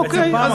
אוקיי.